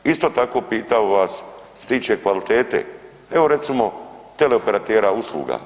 Isto tako pitao bi vas što se tiče kvalitete, evo recimo teleoperatera usluga.